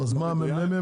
אז המ.מ.מ.